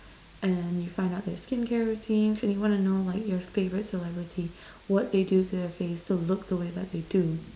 and then you find out their skincare routine so you wanna know like your favorite celebrity what they do to their face to look the way that they do